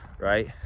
right